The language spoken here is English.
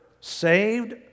saved